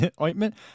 ointment